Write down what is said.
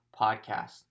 podcast